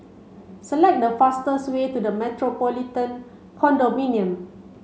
select the fastest way to The Metropolitan Condominium